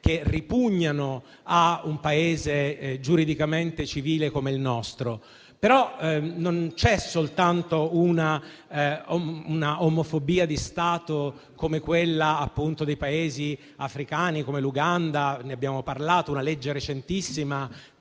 che ripugnano a un Paese giuridicamente civile come il nostro. Tuttavia, non c'è soltanto un'omofobia di Stato nei Paesi africani come l'Uganda - abbiamo parlato della legge recentissima,